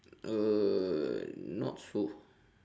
uh not so